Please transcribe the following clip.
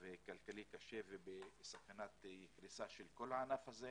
כלכלי קשה ובסכנת קריסה של כול הענף הזה.